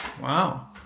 Wow